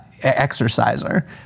exerciser